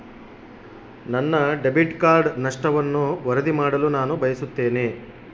ನನ್ನ debit card ನಷ್ಟವನ್ನು ವರದಿ ಮಾಡಲು ನಾನು ಬಯಸುತ್ತೇನೆ